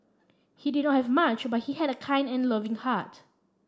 he did not have much but he had a kind and loving heart